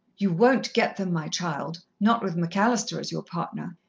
you won't get them, my child not with mcallister as your partner.